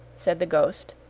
said the ghost,